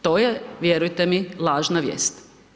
To je vjerujte mi, lažna vijest.